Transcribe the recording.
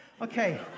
okay